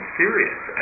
serious